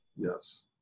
Yes